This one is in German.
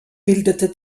bildete